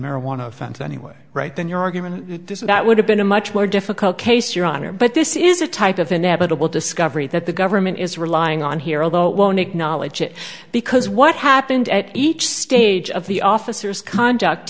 marijuana offense anyway right then your argument that would have been a much more difficult case your honor but this is a type of inevitable discovery that the government is relying on here although it won't acknowledge it because what happened at each stage of the officers conduct